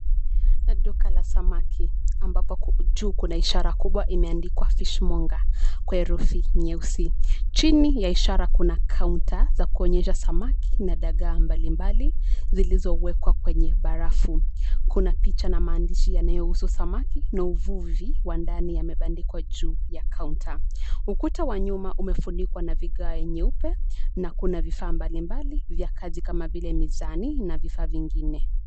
Ni duka la samaki, ambapo juu kuna ishara kubwa imeandikwa Fishmomger , kwa herufi nyeusi. Chini ya ishara kuna kaunta, za kuonyesha samaki, na dagaa mbalimbali, zilizowekwa kwenye barafu. Kuna picha na maandishi yanayohusu samaki, na uvuvi wa ndani yamebandikwa juu ya kaunta. Ukuta wa nyuma umefunikwa na vigae nyeupe, na kuna vifaa mbalimbali, vya kazi kama vile mizani, na vifaa vingine.